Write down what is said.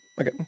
okay